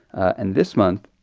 and this month,